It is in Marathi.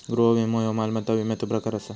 गृह विमो ह्यो मालमत्ता विम्याचा प्रकार आसा